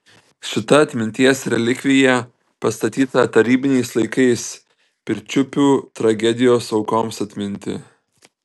šita atminties relikvija pastatyta tarybiniais laikais pirčiupių tragedijos aukoms atminti